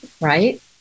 right